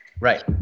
right